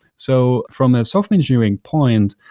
so from a software engineering point,